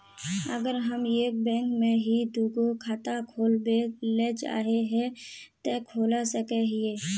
अगर हम एक बैंक में ही दुगो खाता खोलबे ले चाहे है ते खोला सके हिये?